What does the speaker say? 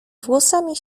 włosami